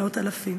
מאות אלפים.